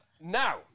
Now